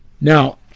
Now